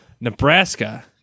Nebraska